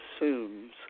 assumes